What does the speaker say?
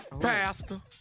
pastor